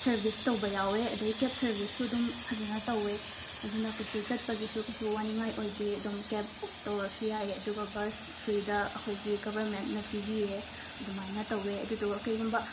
service ꯇꯧꯕ ꯌꯥꯎꯋꯦ ꯑꯗꯩ ꯀꯦꯕ ꯁꯔꯕꯤꯁꯁꯨ ꯑꯗꯨꯝ ꯐꯖꯅ ꯇꯧꯋꯦ ꯑꯗꯨꯅ ꯀꯩꯁꯨ ꯆꯠꯄꯒꯤꯁꯨ ꯀꯩꯁꯨ ꯋꯥꯅꯤꯡꯉꯥꯏ ꯑꯣꯏꯗꯦ ꯑꯗꯨꯝ ꯀꯦꯕ ꯕꯨꯛ ꯇꯧꯔꯁꯨ ꯌꯥꯏ ꯑꯗꯨꯒ ꯕꯁ ꯐ꯭ꯔꯤꯗ ꯑꯩꯈꯣꯏꯒꯤ ꯒꯕꯔꯃꯦꯟꯅ ꯄꯤꯕꯤꯌꯦ ꯑꯗꯨꯃꯥꯏꯅ ꯇꯧꯋꯦ ꯑꯗꯨꯗꯨꯒ ꯀꯩꯒꯨꯝꯕ